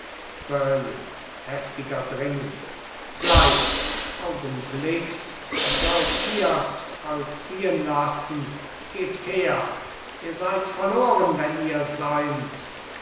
heftiger dringend gleich augenblicks sollt ihr's vollziehen lassen gebt her ihr seid verloren wenn ihr